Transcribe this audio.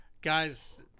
Guys